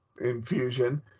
infusion